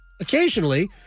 Occasionally